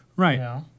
Right